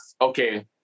okay